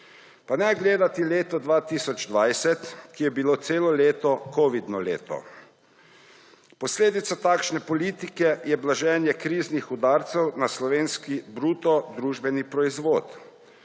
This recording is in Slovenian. Pa ne gledati leto 2020, ki je bilo celo leto covidno leto. Posledica takšne politike je blaženje kriznih udarcev na slovenski bruto družbeni proizvod.